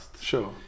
Sure